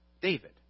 David